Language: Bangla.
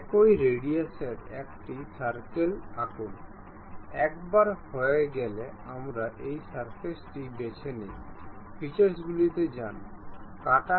আমরা সঙ্গমে যাব আমরা এই দুটি জিওমেট্রির সাথে এই দুটির সমতল নির্বাচন করব পিন এবং স্লট জিওমেট্রি করব